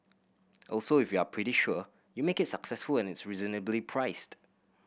also if you're pretty sure you make it successful and it's reasonably priced